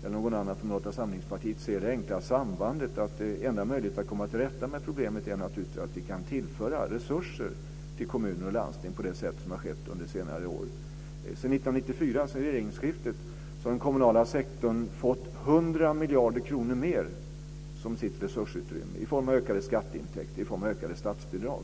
eller någon annan från Moderata samlingspartiet ser det enkla sambandet att den enda möjligheten att komma till rätta med problemet naturligtvis är att tillföra resurser till kommuner och landsting på det sätt som har skett under senare år. Sedan 1994 - sedan regeringsskiftet - har den kommunala sektorn fått 100 miljarder kronor mer i resursutrymme i form av ökade skatteintäkter och i form av ökade statsbidrag.